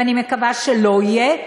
ואני מקווה שלא יהיה,